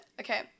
Okay